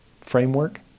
framework